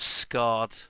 scarred